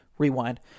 rewind